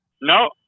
No